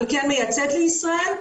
אבל כן מייצאת לישראל,